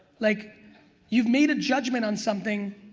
like you've made a judgment on something,